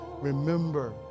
remember